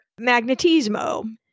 magnetismo